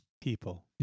people